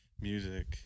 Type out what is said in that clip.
Music